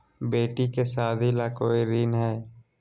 बेटी के सादी ला कोई ऋण हई?